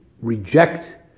reject